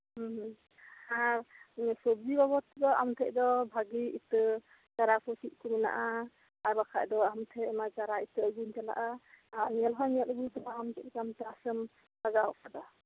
ᱦᱮᱸ ᱟᱨ ᱥᱚᱵᱽᱡᱤ ᱵᱟᱵᱚᱫᱽ ᱫᱚ ᱟᱢᱴᱷᱮᱡ ᱫᱚ ᱵᱷᱟᱜᱤ ᱤᱛᱟᱹ ᱪᱟᱨᱟ ᱠᱚ ᱪᱮᱜ ᱠᱚ ᱢᱮᱱᱟᱜᱼᱟ ᱟᱨ ᱵᱟᱠᱷᱟᱡ ᱫᱚ ᱟᱢ ᱴᱷᱮᱡ ᱚᱱᱟ ᱪᱟᱨᱟ ᱤᱛᱟᱹ ᱟᱜᱩᱧ ᱪᱟᱞᱟᱜᱼᱟ ᱟᱨ ᱧᱮᱞ ᱦᱚᱸᱧ ᱧᱮᱞ ᱟᱜᱩᱭ ᱛᱟᱢᱟ ᱟᱢ ᱪᱮᱫ ᱞᱮᱠᱟ ᱪᱟᱥᱮᱢ ᱞᱟᱜᱟᱣ ᱟᱠᱟᱫᱟ